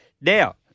Now